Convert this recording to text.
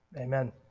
Amen